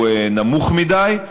הוא נמוך מדי,